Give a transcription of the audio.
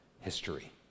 history